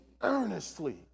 earnestly